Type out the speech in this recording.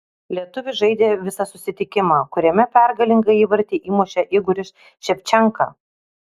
lietuvis žaidė visą susitikimą kuriame pergalingą įvartį įmušė igoris ševčenka